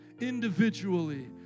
Individually